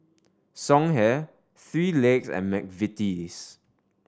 Songhe Three Legs and McVitie's